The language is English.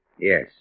Yes